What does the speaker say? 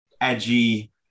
edgy